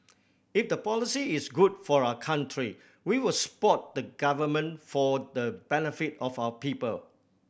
if the policy is good for our country we will support the Government for the benefit of our people